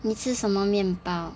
你吃什么面包